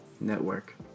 network